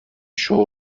شغل